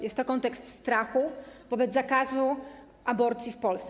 Jest to kontekst strachu wobec zakazu aborcji w Polsce.